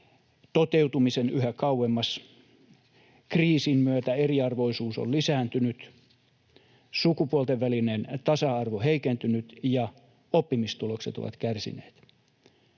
toteutumisen yhä kauemmas. Kriisin myötä eriarvoisuus on lisääntynyt, sukupuolten välinen tasa-arvo heikentynyt ja oppimistulokset kärsineet.